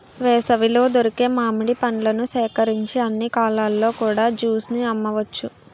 వేసవిలో దొరికే మామిడి పండ్లను సేకరించి అన్ని కాలాల్లో కూడా జ్యూస్ ని అమ్మవచ్చు